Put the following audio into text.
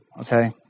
Okay